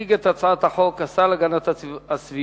יציג את הצעת החוק השר להגנת הסביבה,